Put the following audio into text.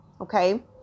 Okay